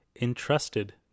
entrusted